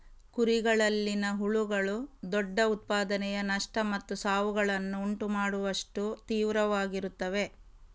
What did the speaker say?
ಕುರಿಗಳಲ್ಲಿನ ಹುಳುಗಳು ದೊಡ್ಡ ಉತ್ಪಾದನೆಯ ನಷ್ಟ ಮತ್ತು ಸಾವುಗಳನ್ನು ಉಂಟು ಮಾಡುವಷ್ಟು ತೀವ್ರವಾಗಿರುತ್ತವೆ